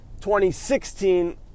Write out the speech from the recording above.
2016